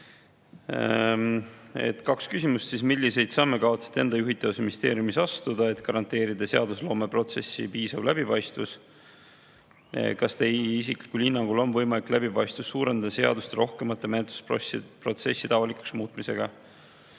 Kaks küsimust siis: "Milliseid samme kavatsete enda juhitavas ministeeriumis astuda, et garanteerida seadusloomeprotsessi piisav läbipaistvus? Kas teie isiklikul hinnangul on võimalik läbipaistvust suurendada seaduste rohkemate menetlusprotsesside avalikuks muutmisega?"